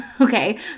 Okay